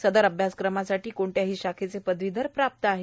सदर अभ्यासक्रमासाठी कोणत्याही शाखेचे पदवीधर पात्र आहेत